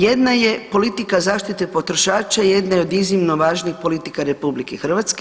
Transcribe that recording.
Jedna je politika zaštite potrošača, jedna je od iznimno važnih politika RH.